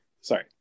sorry